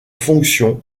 fonction